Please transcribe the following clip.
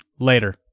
later